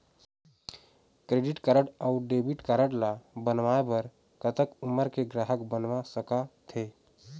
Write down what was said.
Credit card अऊ debit card ला बनवाए बर कतक उमर के ग्राहक बनवा सका थे?